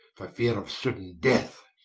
for feare of suddaine death.